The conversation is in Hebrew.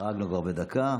חרגנו כבר בדקה.